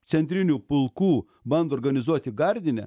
centrinių pulkų bando organizuoti gardine